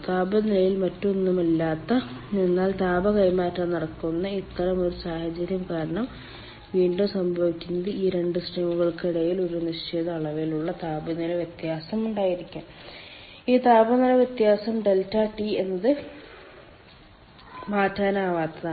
താപനിലയിൽ മാറ്റമൊന്നുമില്ലാത്ത എന്നാൽ താപ കൈമാറ്റം നടക്കുന്ന ഇത്തരം ഒരു സാഹചര്യം കാരണം വീണ്ടും സംഭവിക്കുന്നത് ഈ 2 സ്ട്രീമുകൾക്കിടയിൽ ഒരു നിശ്ചിത അളവിലുള്ള താപനില വ്യത്യാസം ഉണ്ടായിരിക്കും ഈ താപനില വ്യത്യാസം ∆T എന്നത് മാറ്റാനാവാത്തതാണ്